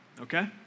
okay